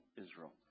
Israel